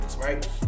right